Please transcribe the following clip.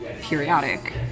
periodic